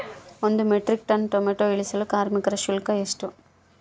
ಒಂದು metric tonne tomato ಇಳಿಸಲು ಕಾರ್ಮಿಕರ ಶುಲ್ಕ ಎಷ್ಟು?